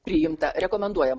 priimta rekomenduojam